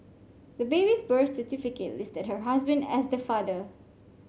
the baby's birth certificate listed her husband as the father